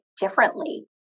differently